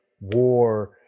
war